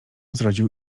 zrodził